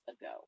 ago